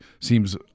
seems